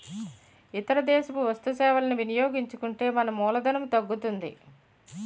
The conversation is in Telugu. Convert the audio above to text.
ఇతర దేశపు వస్తు సేవలని వినియోగించుకుంటే మన మూలధనం తగ్గుతుంది